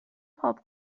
پاپ